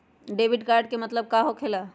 Debit card के का मतलब होकेला?